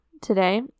today